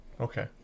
Okay